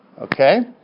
Okay